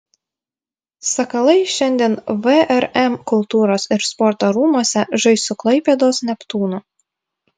sakalai šiandien vrm kultūros ir sporto rūmuose žais su klaipėdos neptūnu